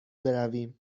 برویم